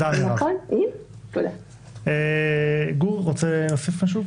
היום יום שני, 16 באוגוסט